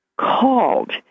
called